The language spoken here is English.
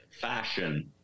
fashion